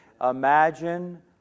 Imagine